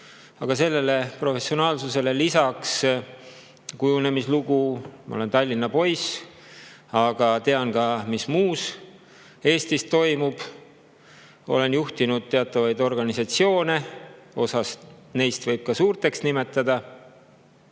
aga professionaalsusele lisaks on mu kujunemislugu selline, et ma olen Tallinna poiss, aga tean ka, mis mujal Eestis toimub; olen juhtinud teatavaid organisatsioone, osa neist võib ka suurteks nimetada;